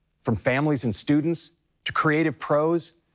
from families and students to creative pros,